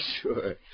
Sure